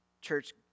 Church